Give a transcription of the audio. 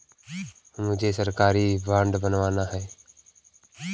मुझे सरकारी बॉन्ड बनवाना है